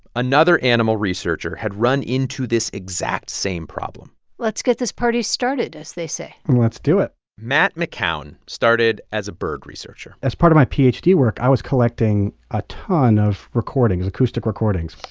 another animal researcher had run into this exact same problem let's get this party started, as they say let's do it matt mckown started as a bird researcher as part of my ph d. work, i was collecting a ton of recordings acoustic recordings,